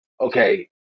Okay